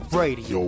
radio